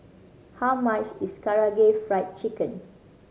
how much is Karaage Fried Chicken